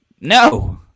No